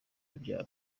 byabo